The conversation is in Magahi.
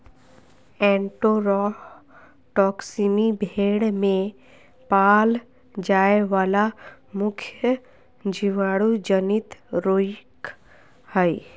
एन्टेरोटॉक्सीमी भेड़ में पाल जाय वला मुख्य जीवाणु जनित रोग हइ